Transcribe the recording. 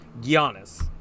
Giannis